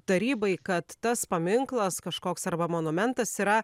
tarybai kad tas paminklas kažkoks arba monumentas yra